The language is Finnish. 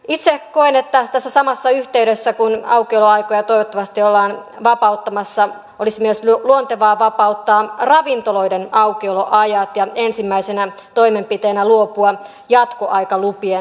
itse koen että tässä samassa yhteydessä kun aukioloaikoja toivottavasti ollaan vapauttamassa olisi myös luontevaa vapauttaa ravintoloiden aukioloajat ja ensimmäisenä toimenpiteenä luopua jatkoaikalupien vaatimisesta